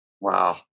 Wow